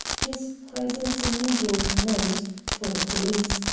his presence in new york meant, for the police,